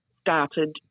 started